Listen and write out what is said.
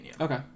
Okay